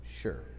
Sure